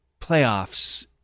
playoffs